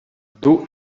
dur